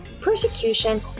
persecution